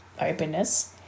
openness